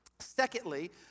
Secondly